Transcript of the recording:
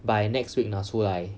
by next week 拿出来